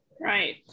Right